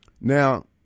Now